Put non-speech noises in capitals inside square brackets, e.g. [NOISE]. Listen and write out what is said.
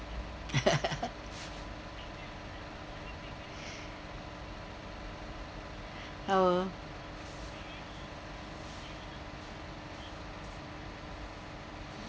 [LAUGHS] oh